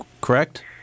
correct